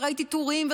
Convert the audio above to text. וראיתי טורים,